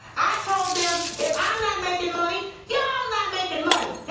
i told them, if i'm not making money, y'all not making money.